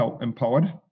empowered